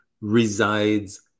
resides